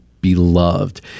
beloved